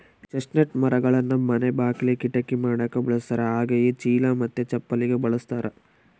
chestnut ಮರಗಳನ್ನ ಮನೆ ಬಾಕಿಲಿ, ಕಿಟಕಿ ಮಾಡಕ ಬಳಸ್ತಾರ ಹಾಗೆಯೇ ಚೀಲ ಮತ್ತೆ ಚಪ್ಪಲಿಗೆ ಬಳಸ್ತಾರ